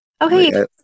Okay